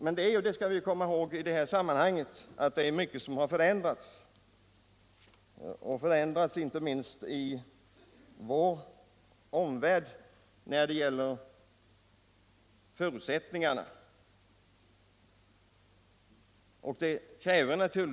Men vi skall i detta sammanhang komma ihåg att mycket har förändrats när det gäller förutsättningarna, inte minst i vår omvärld.